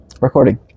Recording